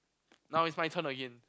now it's my turn again